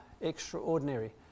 extraordinary